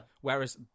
Whereas